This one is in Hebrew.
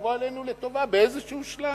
שתבוא עלינו לטובה באיזשהו שלב.